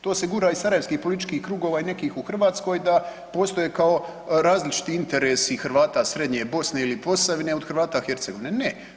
To se gura iz sarajevskih političkih krugova i nekih u Hrvatskoj da postoje kao različiti interesi Hrvata Srednje Bosne ili Posavine od Hrvata Hercegovine, ne.